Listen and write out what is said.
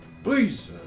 Please